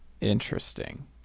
Interesting